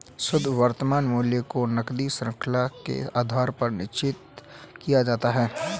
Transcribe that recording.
शुद्ध वर्तमान मूल्य को नकदी शृंखला के आधार पर निश्चित किया जाता है